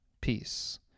peace